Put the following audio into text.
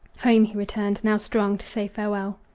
home he returned, now strong to say farewell.